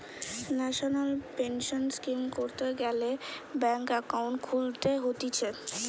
national pension scheme করতে গ্যালে bank account খুলতে হতিছে